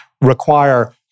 require